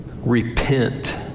repent